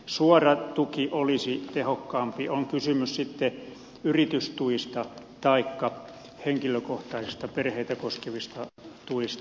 suora tuki olisi tehokkaampi on kysymys sitten yritystuista taikka henkilökohtaisista perheitä koskevista tuista